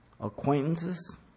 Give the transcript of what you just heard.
acquaintances